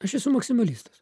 aš esu maksimalistas